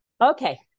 okay